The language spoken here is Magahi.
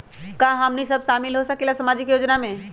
का हमनी साब शामिल होसकीला सामाजिक योजना मे?